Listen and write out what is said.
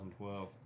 2012